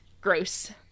Gross